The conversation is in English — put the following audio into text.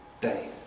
day